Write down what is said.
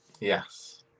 yes